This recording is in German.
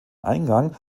eingang